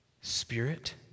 spirit